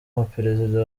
abaperezida